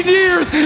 years